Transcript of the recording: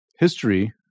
history